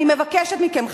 אני מבקשת מכם,